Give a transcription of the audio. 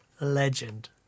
legend